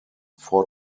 four